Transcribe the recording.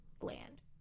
land